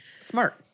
Smart